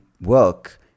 work